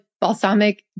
Balsamic